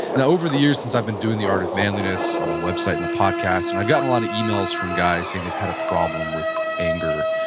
now over the years since i've been doing the art of manliness on the website and the podcast and i've gotten a lot of emails from guys saying they've had a problem with anger,